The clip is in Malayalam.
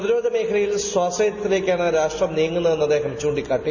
പ്രതിരോധ മേഖലയിൽ സാശ്രയത്തിലേക്കാണ് രാഷ്ട്രം നീങ്ങുന്നതെന്ന് അദ്ദേഹം ചൂണ്ടിക്കാട്ടി